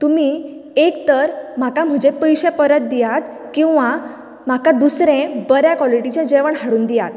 तुमी एक तर म्हाका म्हजे पयशे परत दियात किंवा म्हाका दुसरें बऱ्या क्वोलिटीचें जेवण हाडून दियात